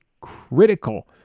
critical